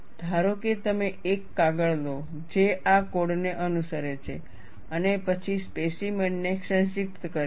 ધારો કે તમે એક કાગળ લો જે આ કોડને અનુસરે છે અને પછી સ્પેસીમેન ને સંક્ષિપ્ત કરે છે